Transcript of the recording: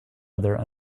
other